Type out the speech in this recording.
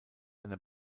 einer